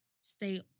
stay